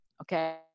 Okay